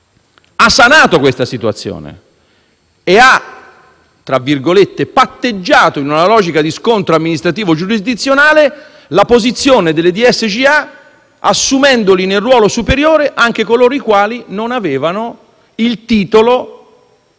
ha sanato questa situazione e ha «patteggiato» in una logica di scontro amministrativo-giurisdizionale la posizione delle DSGA, assumendo nel ruolo superiore anche coloro i quali non avevano il titolo